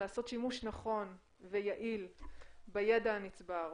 לעשות שימוש נכון ויעיל בידע הנצבר,